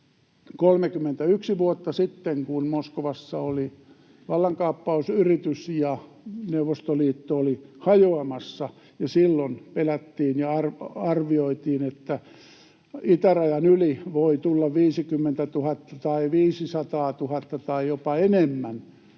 31 vuotta sitten, kun Moskovassa oli vallankaappausyritys ja Neuvostoliitto oli hajoamassa. Silloin pelättiin ja arvioitiin, että itärajan yli voi tulla ihmisiä 50 000 tai 500 000 tai jopa enemmän,